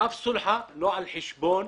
אף סולחה לא על חשבון